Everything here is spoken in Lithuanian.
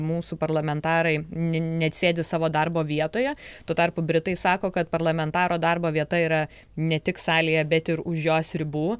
mūsų parlamentarai n net sėdi savo darbo vietoje tuo tarpu britai sako kad parlamentaro darbo vieta yra ne tik salėje bet ir už jos ribų